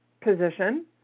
position